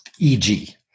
EG